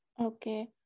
Okay